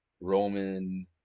Roman